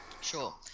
Sure